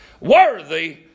Worthy